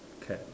cat